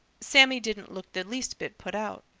sammy didn't look the least bit put out.